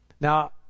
Now